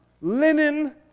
linen